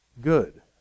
good